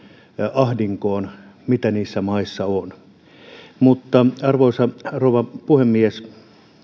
ahdinkoon mitä niissä maissa on arvoisa rouva puhemies